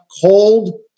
cold